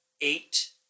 eight